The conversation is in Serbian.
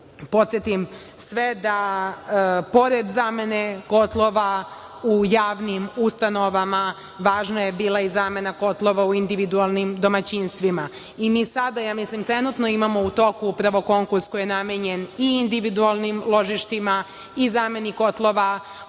podsetiti sve da pored zamene kotlova u javnim ustanovama, važna je biti i zamena kotlova u individualnim domaćinstvima. Mi sada, trenutno, imamo u toku upravo konkurs koji je namenjen i individualnim ložištima i zameni kotlova